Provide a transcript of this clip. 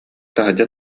таһырдьа